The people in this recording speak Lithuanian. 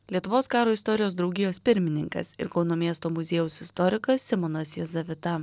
lietuvos karo istorijos draugijos pirmininkas ir kauno miesto muziejaus istorikas simonas jezavita